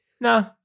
No